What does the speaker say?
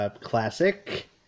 classic